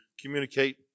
communicate